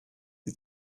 die